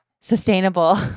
sustainable